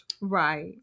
Right